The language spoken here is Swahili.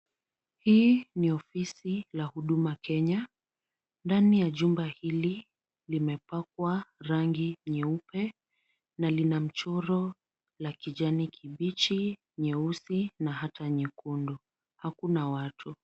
Hii ni ofisi la huduma Kenya, ndani chumba hili limepakwa rangi nyeupe na lina mchoro ya kijani kibichi nyeusi na ata nyekundu, hakuna watu.